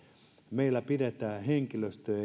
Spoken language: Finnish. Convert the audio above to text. meillä pidetään henkilöstöä